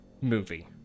movie